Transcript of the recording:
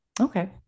Okay